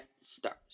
stars